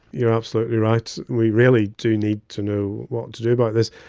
you're absolutely right, we really do need to know what to do about this.